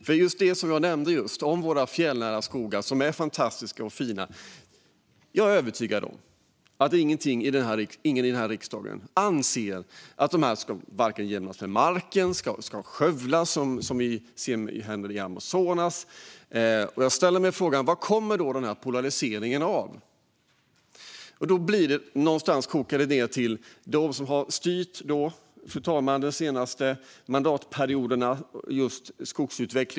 När det gäller det som jag just nämnde om våra fjällnära skogar som är fantastiska och fina är jag övertygad om att ingen här i riksdagen anser att de här skogarna ska jämnas med marken och skövlas, som vi ser händer i Amazonas, och jag ställer mig frågan vad den här polariseringen kommer sig av. Någonstans kokar det ned till dem som har styrt skogsutvecklingen under de senaste mandatperioderna.